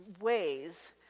ways